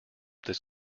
this